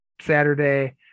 Saturday